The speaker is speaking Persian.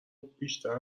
بیشتر